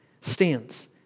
stands